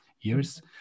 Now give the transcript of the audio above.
years